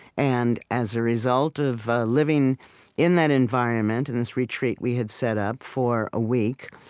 and as a result of living in that environment in this retreat we had set up for a week,